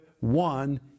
one